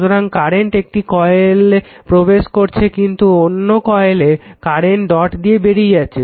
সুতরাং কারেন্ট একটি কয়েলে প্রবেশ করছে কিন্তু অন্য কয়েলে কারেন্ট ডট থেকে বেরিয়ে যাচ্ছে